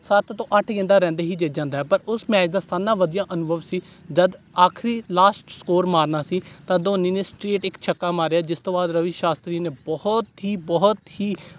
ਸੱਤ ਤੋਂ ਅੱਠ ਗੇਂਦਾ ਰਹਿੰਦੇ ਹੀ ਜਿੱਤ ਜਾਂਦਾ ਪਰ ਉਸ ਮੈਚ ਦਾ ਸਾਰੇ ਨਾਲੋਂ ਵਧੀਆ ਅਨੁਭਵ ਸੀ ਜਦ ਆਖਰੀ ਲਾਸਟ ਸਕੋਰ ਮਾਰਨਾ ਸੀ ਤਾਂ ਧੋਨੀ ਨੇ ਸਟਰੇਟ ਇੱਕ ਛੱਕਾ ਮਾਰਿਆ ਜਿਸ ਤੋਂ ਬਾਅਦ ਰਵੀ ਸ਼ਾਸਤਰੀ ਨੇ ਬਹੁਤ ਹੀ ਬਹੁਤ ਹੀ